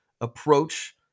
approach